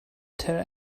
tell